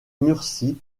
murcie